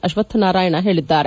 ಅಶ್ವತ್ಥನಾರಾಯಣ ಹೇಳಿದ್ದಾರೆ